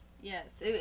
Yes